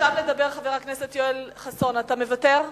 נרשם לדבר חבר הכנסת יואל חסון, אתה מוותר?